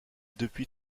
depuis